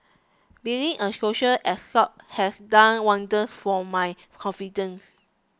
being a social escort has done wonders for my confidence